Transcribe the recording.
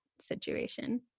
situation